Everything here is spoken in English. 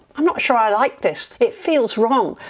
i'm not sure i like this, it feels wrong,